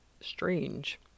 strange